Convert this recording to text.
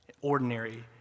Ordinary